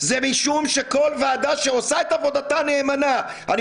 זה משום שכל ועדה שעושה את עבודתה נאמנה אני